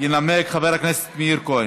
ינמק חבר הכנסת מאיר כהן.